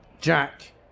Jack